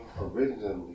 originally